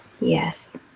Yes